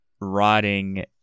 rotting